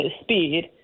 speed